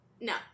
No